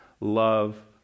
love